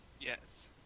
Yes